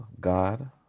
God